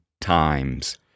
times